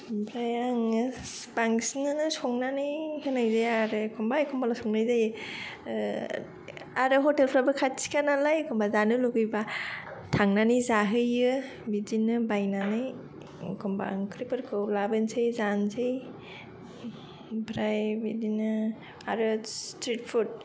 ओमफ्राय आङो बांसिनानो संनानै होनाय जाया आरो एखम्बा एखम्बाल' संनाय जायो ओ आरो हटेलफ्राबो खाथिखा नालाय एखम्बा जानो लुबैबा थांनानै जाहैयो बिदिनो बायनानै एखम्बा ओंख्रिफोरखौ लाबोनोसै जानोसै ओमफ्राय बिदिनो आरो स्त्रित फुड